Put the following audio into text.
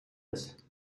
ist